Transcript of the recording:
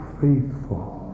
faithful